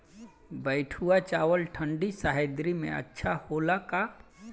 बैठुआ चावल ठंडी सह्याद्री में अच्छा होला का?